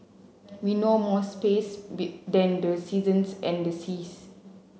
we know more space than the seasons and the seas